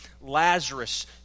Lazarus